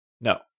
No